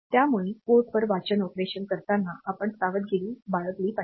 त्यामुळे पोर्टवर वाचन ऑपरेशन करताना आपण सावधगिरी बाळगली पाहिजे